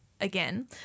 again